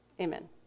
Amen